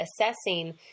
assessing